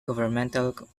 governmental